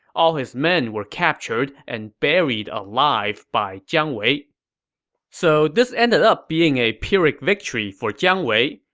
all his men were captured and buried alive by jiang wei so this ended up being a pyrrhic victory for jiang wei.